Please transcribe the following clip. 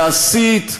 להסית,